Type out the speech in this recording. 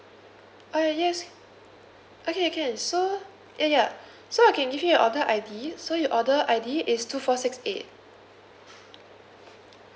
uh yes okay can so ya ya so I can give you your order I_D so your order I_D is two four six eight